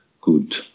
good